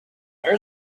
there